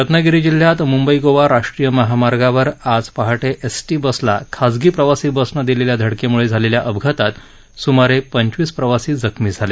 रत्नागिरी जिल्ह्यात आज मुंबई गोवा राष्ट्रीय महामार्गावर पहाटे एसटी बसला खाजगी प्रवासी बसनं दिलेल्या धडकेमुळे झालेल्या अपघातात सूमारे पंचवीस प्रवासी जखमी झाले